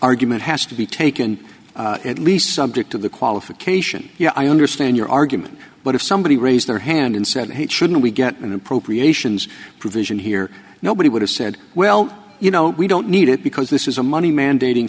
argument has to be taken at least subject to the qualification you know i understand your argument but if somebody raised their hand and said he shouldn't we get an appropriations provision here nobody would have said well you know we don't need it because this is a money mandating